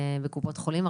בקופות חולים,